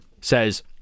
says